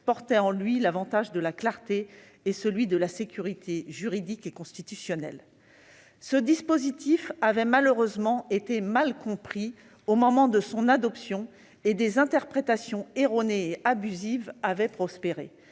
avait pour lui l'avantage de la clarté et celui de la sécurité juridique et constitutionnelle. Ce dispositif avait malheureusement été mal compris au moment de son adoption, et des interprétations erronées et abusives avaient prospéré,